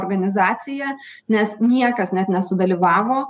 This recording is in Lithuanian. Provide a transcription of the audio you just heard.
organizaciją nes niekas net nesudalyvavo